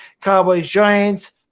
Cowboys-Giants